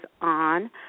on